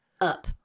up